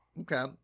Okay